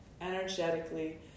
energetically